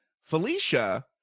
Felicia